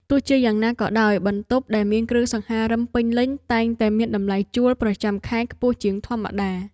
ទោះជាយ៉ាងណាក៏ដោយបន្ទប់ដែលមានគ្រឿងសង្ហារិមពេញលេញតែងតែមានតម្លៃជួលប្រចាំខែខ្ពស់ជាងធម្មតា។